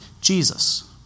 Jesus